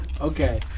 Okay